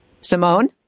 Simone